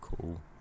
Cool